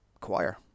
choir